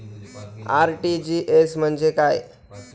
RTGS म्हणजे काय?